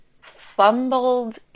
fumbled